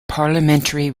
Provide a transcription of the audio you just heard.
parliamentary